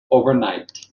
overnight